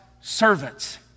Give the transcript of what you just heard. servants